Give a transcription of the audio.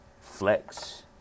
flex